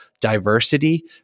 diversity